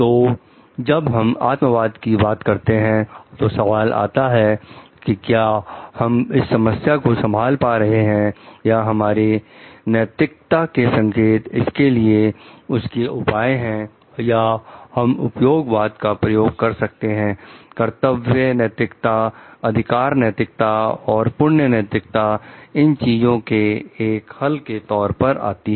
तो जब हम आत्मवाद की बात करते हैं तो सवाल आता है कि क्या हम इस समस्या को संभाल पा रहे हैं या हमारे नैतिकता के संकेत इसके लिए उसके उपाय हैं या हम उपयोगितावाद का प्रयोग कर सकते हैं कर्तव्य नैतिकता अधिकार नैतिकता और पुण्य नैतिकता इन चीजों के एक हल के तौर पर आती है